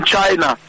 China